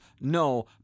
no